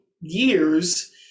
years